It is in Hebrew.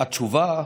התשובה,